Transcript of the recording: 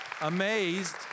amazed